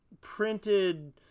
printed